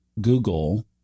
Google